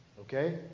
Okay